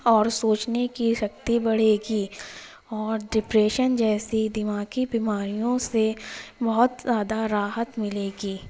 اور سوچنے کی شکتی بڑھے گی اور ڈپریشن جیسی دماغی بیماریوں سے بہت زیادہ راحت ملے گی